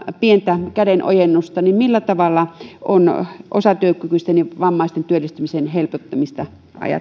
pientä kädenojennusta niin millä tavalla on osatyökykyisten ja vammaisten työllistymisen helpottamista